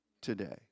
today